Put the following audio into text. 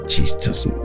Jesus